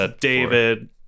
david